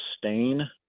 sustain